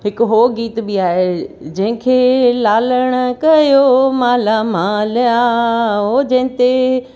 हिकु उहो गीत बि आहे